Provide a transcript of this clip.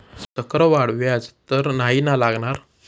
चक्रवाढ व्याज तर नाही ना लागणार?